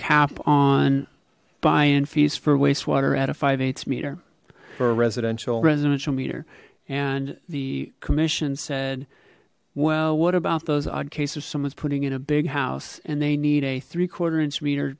cap on buy in fees for wastewater at a meter for a residential residential meter and the commission said well what about those odd cases someone's putting in a big house and they need a three quarter inch meter